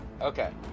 Okay